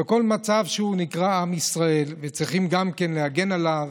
בכל מצב שהוא הוא נקרא עם ישראל וצריכים גם כן להגן עליו,